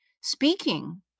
Speaking